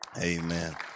Amen